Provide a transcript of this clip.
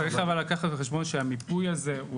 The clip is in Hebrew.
צריך אבל לקחת בחשבון שהמיפוי הזה הוא